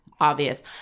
obvious